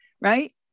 right